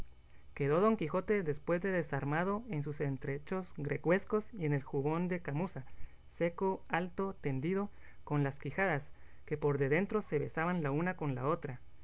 quedó don quijote después de desarmado en sus estrechos greguescos y en su jubón de camuza seco alto tendido con las quijadas que por de dentro se besaba la una con la otra